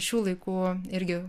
šių laikų irgi